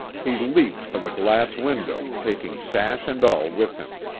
he leaped for the glass window, taking sash and all with him.